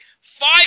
five